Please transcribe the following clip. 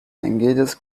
engages